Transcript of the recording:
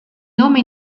nome